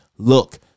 Look